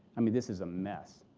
i mean this is a mess.